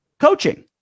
coaching